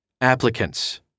applicants